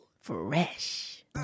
Fresh